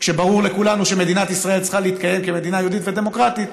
כשברור לכולנו שמדינת ישראל צריכה להתקיים כמדינה יהודית ודמוקרטית,